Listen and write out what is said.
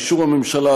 באישור הממשלה,